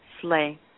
Slay